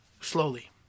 slowly